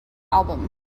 album